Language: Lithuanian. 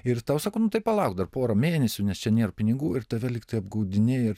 ir tau sako nu tai palauk dar porą mėnesių nes čia nėr pinigų ir tave lygtai apgaudinėja ir